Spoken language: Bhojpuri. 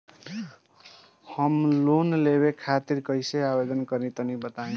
हम लोन लेवे खातिर कइसे आवेदन करी तनि बताईं?